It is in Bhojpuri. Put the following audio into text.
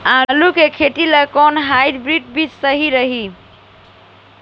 आलू के खेती ला कोवन हाइब्रिड बीज सही रही?